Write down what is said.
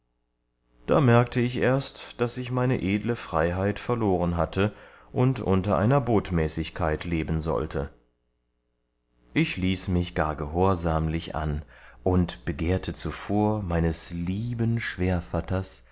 da merkte ich erst daß ich meine edle freiheit verloren hatte und unter einer bottmäßigkeit leben sollte ich ließ mich gar gehorsamlich an und begehrte zuvor meines lieben